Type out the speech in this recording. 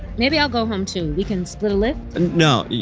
maybe i'll go home, too. we can split a lyft? and no.